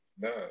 no